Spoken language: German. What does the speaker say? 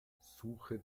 suche